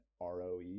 ROE